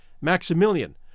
Maximilian